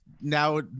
now